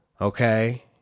Okay